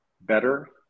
better